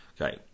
Okay